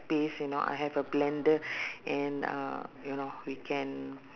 paste you know I have a blender and uh ya lor we can